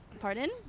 pardon